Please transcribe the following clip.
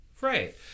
Right